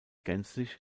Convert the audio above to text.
gänzlich